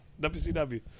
WCW